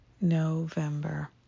november